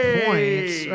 points